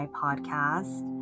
podcast